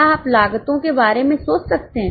क्या आप लागतों के बारे में सोच सकते हैं